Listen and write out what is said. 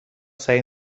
سعی